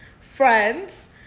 friends